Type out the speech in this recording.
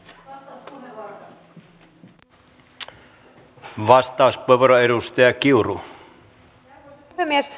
arvoisa puhemies